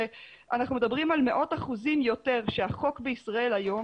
אנחנו מדברים על מאות אחוזים יותר שהחוק בישראל היום